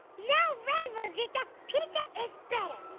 no way rosita, pizza is better.